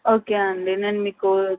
okay అండి నేను మీకు